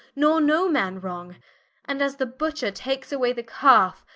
nor no man wrong and as the butcher takes away the calfe,